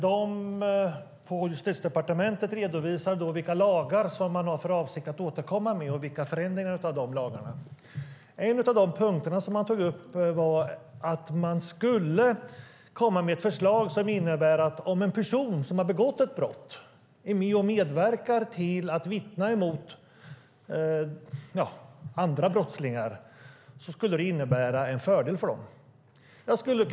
Från Justitiedepartementet redovisade man då vilka lagar man har för avsikt att återkomma med och vilka förändringar av de lagarna som var aktuella. En av de punkter som man tog upp var att man skulle komma med ett förslag som innebär att om en person som har begått ett brott medverkar till att vittna mot andra brottslingar skulle det innebära en fördel för denne.